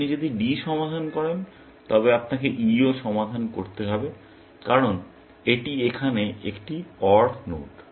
আপনি যদি D সমাধান করেন তবে আপনাকে Eও সমাধান করতে হবে কারণ এটি এখানে একটি OR নোড